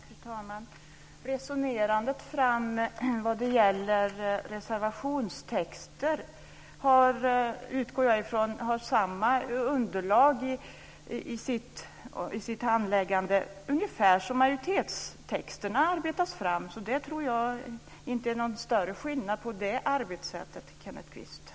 Fru talman! Jag utgår ifrån att resonerandet om reservationstexter sker på ungefär samma sätt som majoritetstexterna arbetas fram. Jag tror inte att det finns någon större skillnad i det arbetssättet, Kenneth